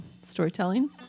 storytelling